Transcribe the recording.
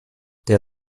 der